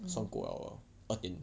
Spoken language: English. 算过了了二点